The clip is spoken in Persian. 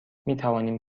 میتوانیم